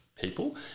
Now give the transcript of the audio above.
people